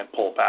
pullback